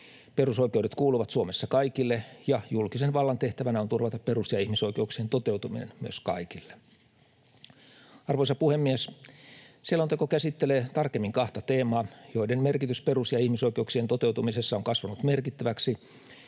Perusoikeudet kuuluvat Suomessa kaikille ja julkisen vallan tehtävänä on turvata myös perus- ja ihmisoikeuksien toteutuminen kaikille. Arvoisa puhemies! Selonteko käsittelee tarkemmin kahta teemaa, joiden merkitys perus- ja ihmisoikeuksien toteutumisessa on kasvanut merkittävästi: